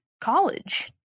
college